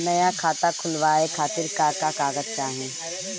नया खाता खुलवाए खातिर का का कागज चाहीं?